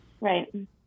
Right